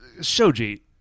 Shoji